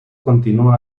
continúa